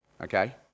Okay